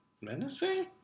Menacing